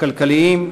הכלכליים,